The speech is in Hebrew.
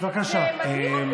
זה מדהים אותי.